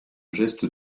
geste